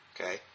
Okay